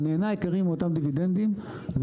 הנהנה העיקרי מאותם דיבידנדים זה